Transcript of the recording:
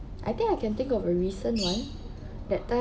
I think I can think of a recent one that time